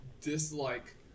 dislike